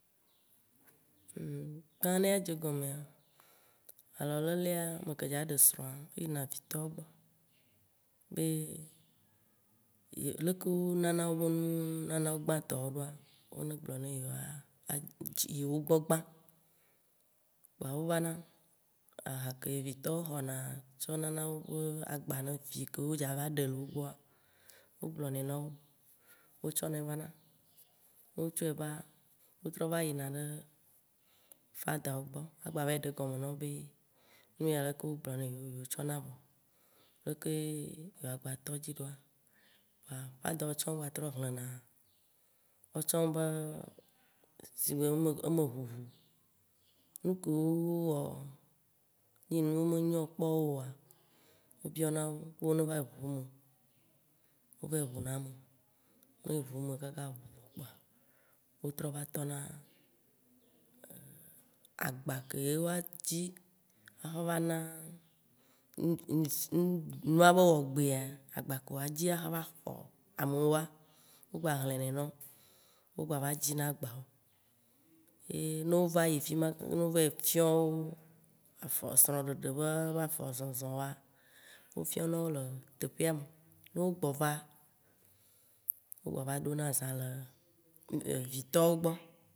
Ke ŋuan ne dza dze egɔmea, alɔ lelea, meke dza ɖe srɔ̃a eyina vitɔwo gbɔ be ye- leke wonana wobe nunana gbãtɔwo ɖoa wone gblɔ ne yewo adzi yewo gbɔ gbã, kpoa wovana. Aha ke ye vitɔwo xɔna tsɔ nana woƒe agbã ne vi ke wo dzava ɖe le wogbɔa, wo gblɔ nɛ nawo, wo tsɔnɛ va na. Ne wotsɔɛ va, wo trɔ va yina ɖe fadawo gbɔ agba va yi ɖe egɔme nawo be nu ya leke wogblɔ ne yiwo, yiwo tsɔ na vɔ, leke ye yiwo agba tɔ dzi ɖoa, kpoa fadawo tsã gbatrɔ xlena woatsã wobe sigbe nu me ʋuʋu, nukewo wowɔ nye nu me nyo kpoa, wo biɔ nawo be wo ne va yi ʋu eme. Wo va yi ʋu na eme, ne wo ʋume kaka ʋuvɔ kpoa, wotrɔva yi tɔ na agba ke ye woadzi axɔ va na nua be wɔgbea, agba ke woadzi axɔ va xɔ amewoa, wo gba xle nɛ nawo, wo gbava dzina agbawo. Ye ne wo va yi fima ne wo va yi fiɔ̃ wo afɔ srɔ̃ɖeɖe be afɔ zɔzɔwoa, wofiɔ̃ nɔwo le teƒea me ne wogbɔva, wogbava ɖona azã le vitɔwo gbɔ.